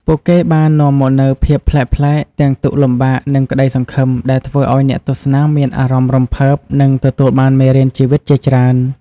ពួកគេបាននាំមកនូវភាពប្លែកៗ ទាំងទុក្ខលំបាក និងក្តីសង្ឃឹម ដែលធ្វើឲ្យអ្នកទស្សនាមានអារម្មណ៍រំភើប និងទទួលបានមេរៀនជីវិតជាច្រើន។